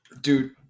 Dude